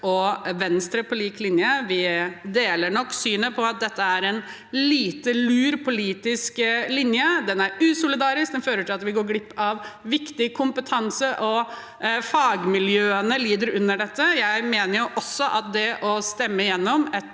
og Venstre på lik linje. Vi deler nok synet på at dette er en lite lur politisk linje. Den er usolidarisk, den fører til at vi går glipp av viktig kompetanse, og fagmiljøene lider under dette. Jeg mener også at det å stemme gjennom et